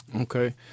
Okay